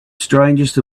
strangest